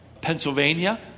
Pennsylvania